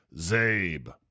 Zabe